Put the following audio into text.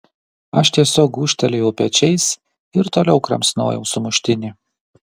aš tiesiog gūžtelėjau pečiais ir toliau kramsnojau sumuštinį